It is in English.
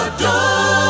Adore